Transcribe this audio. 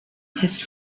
his